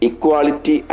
Equality